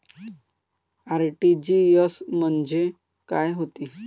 RTGS म्हंजे काय होते?